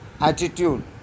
attitude